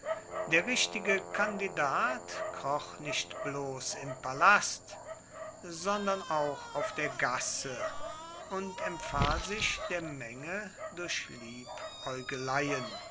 der richtige kandidat kroch nicht bloß im palast sondern auch auf der gasse und empfahl sich der menge durch